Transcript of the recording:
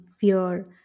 fear